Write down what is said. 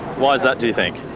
why is that, do you think?